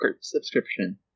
subscription